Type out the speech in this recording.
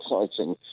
exciting